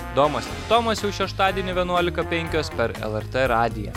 domas tomas jau šeštadienį vienuolika penkios per lrt radiją